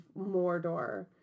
Mordor